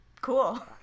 Cool